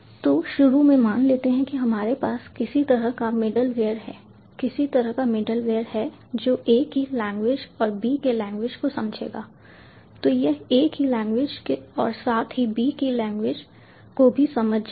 तो शुरू में मान लेते हैं कि हमारे पास किसी तरह का मिडलवेयर है किसी तरह का मिडलवेयर है जो A की लैंग्वेज और B के लैंग्वेज को समझेगा तो वह A की लैंग्वेज और साथ ही B के लैंग्वेज को भी समझ जाएगा